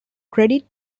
credit